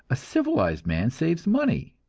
a civilized man saves money,